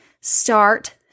start